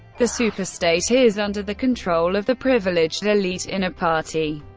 the superstate is under the control of the privileged, elite inner party.